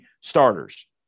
starters